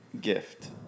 gift